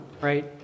right